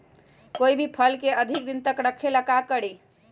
कोई भी फल के अधिक दिन तक रखे के ले ल का करी?